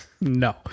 no